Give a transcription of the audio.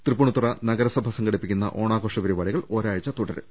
തൃപ്പൂണിത്തുറ നഗരസഭ സംഘടിപ്പിക്കുന്ന ഓണാഘോഷ പരിപാടികൾ ഒരാഴ്ച തുടരും